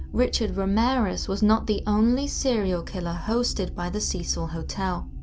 richard ramirez was not the only serial killer hosted by the cecil hotel.